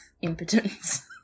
impotence